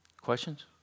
Questions